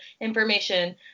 information